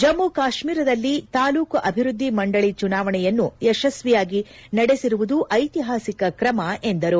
ಜಮ್ಮು ಕಾಶ್ಮೀರದಲ್ಲಿ ತಾಲೂಕು ಅಭಿವೃದ್ದಿ ಮಂಡಳ ಚುನಾವಣೆಯನ್ನು ಯಶಸ್ವಿಯಾಗಿ ನಡೆಸಿರುವುದು ಐತಿಹಾಸಿಕ ಕ್ರಮ ಎಂದರು